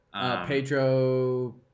pedro